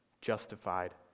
justified